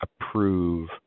approve